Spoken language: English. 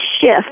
shift